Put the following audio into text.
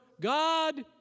God